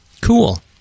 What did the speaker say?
Cool